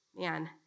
Man